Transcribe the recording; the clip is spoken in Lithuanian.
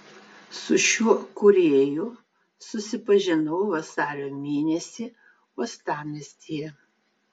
su šiuo kūrėju susipažinau vasario mėnesį uostamiestyje